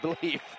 believe